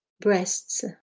Breasts